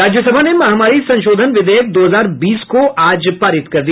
राज्यसभा ने महामारी संशोधन विधेयक दो हजार बीस को आज पारित कर दिया